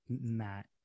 Matt